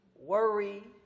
worry